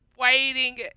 waiting